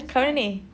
kat mana ni